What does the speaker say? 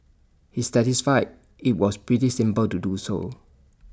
he testified IT was pretty simple to do so